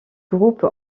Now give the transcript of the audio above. groupe